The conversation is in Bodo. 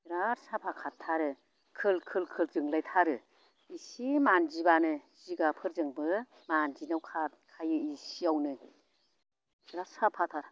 बिराद साफा खारथारो खोल खोल खोल जोंलायथारो इसे मानजिबानो जिगाबफोरजोंबो मानजिनायाव खारखायो इसेयावनो जा साफाथार